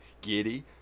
giddy